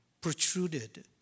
protruded